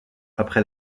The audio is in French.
après